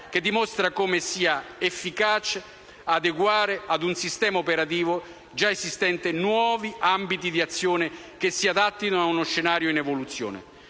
che dimostra come sia efficace adeguare ad un sistema operativo già esistente nuovi ambiti di azione che si adattino ad uno scenario in evoluzione.